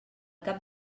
cap